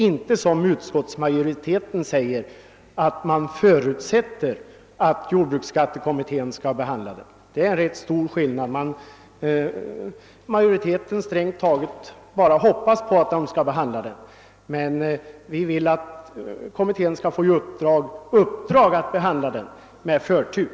Det är stor skillnad mellan denna begäran och utskottets uttalande att man förutsätter att jordbruksbeskattningskommittén skall behandla frågan. Majoriteten hoppas strängt taget bara att kommittén skall ta upp problemet, medan vi önskar att kommittén skall få i uppdrag att få behandla det med förtur.